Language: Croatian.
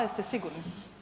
Jeste sigurni?